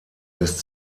lässt